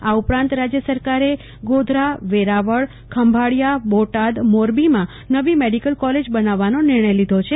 આ ઉપરાંત રાજ્ય સરકારે ગોધરા વેરાવળ ખંભાળિયા બોટાદ મોરબીમાં નવી મેડિકલ કોલેજ બનાવવાનો નિર્ણય લીધો છે